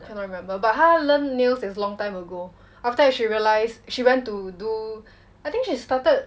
cannot remember but 她 learn nails is long time ago after that she realised she want to do I think she started